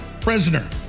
prisoner